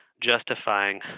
justifying